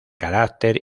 carácter